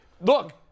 Look